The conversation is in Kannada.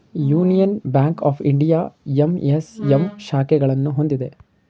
union Bank of India MSM ಶಾಖೆಗಳನ್ನು ಹೊಂದಿದೆ